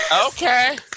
okay